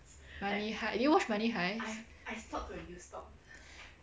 money h~ did you watch money heist